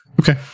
Okay